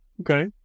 Okay